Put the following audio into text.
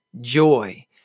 joy